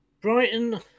Brighton